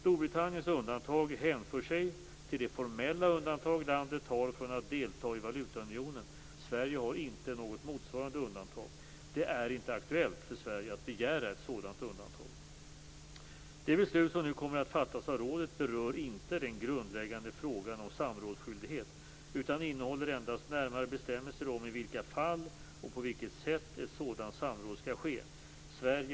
Storbritanniens undantag hänför sig till det formella undantag landet har från att delta i valutaunionen. Sverige har inte något motsvarande undantag. Det är inte aktuellt för Sverige att begära ett sådant undantag. Det beslut som nu kommer att fattas av rådet berör inte den grundläggande frågan om samrådsskyldighet utan innehåller endast närmare bestämmelser om i vilka fall och på vilket sätt ett sådant samråd skall ske.